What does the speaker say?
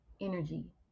energy